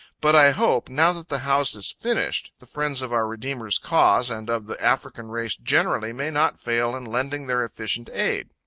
but i hope, now that the house is finished, the friends of our redeemer's cause and of the african race generally, may not fail in lending their efficient aid.